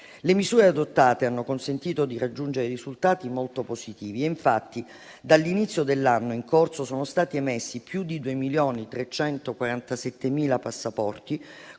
Le misure adottate hanno consentito di raggiungere risultati molto positivi. Infatti, dall'inizio dell'anno in corso sono stati emessi più di 2,347 milioni